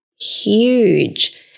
huge